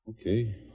Okay